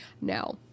now